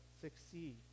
succeed